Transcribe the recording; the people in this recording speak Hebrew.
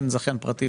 כן זכיין פרטי,